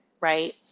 Right